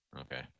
Okay